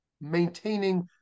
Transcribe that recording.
maintaining